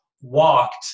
walked